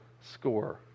score